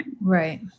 Right